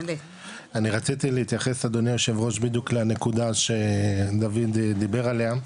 אני רציתי להתייחס אדוני היושב ראש בדיוק לנקודה שדויד דיבר עליה.